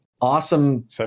awesome